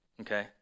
okay